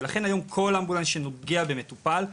ולכן היום כל אמבולנס שנוגע במטופל,